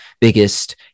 biggest